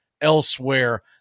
elsewhere